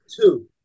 Two